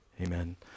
Amen